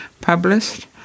published